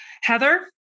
Heather